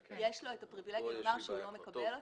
כן, יש לו את הפריבילגיה לומר שהוא לא מקבל אותה.